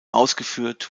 ausgeführt